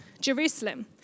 Jerusalem